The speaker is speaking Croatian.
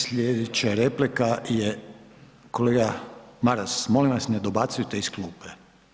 Slijedeća replika je, kolega Maras, molim vas ne dobacujte iz klupe.